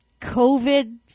COVID